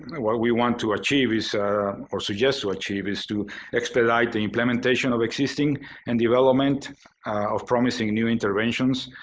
what we want to achieve is or or suggest to achieve is to expedite the implementation of existing and development of promising new interventions